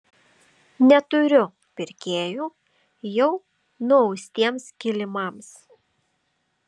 neturiu pirkėjų jau nuaustiems kilimams